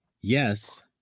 Yes